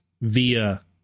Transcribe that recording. via